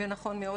ונכון מאוד,